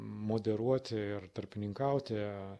moderuoti ir tarpininkauti